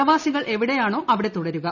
പ്രവാസികൾ എവിടെയാണോ അവിടെ തുടരുക